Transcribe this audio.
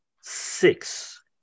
six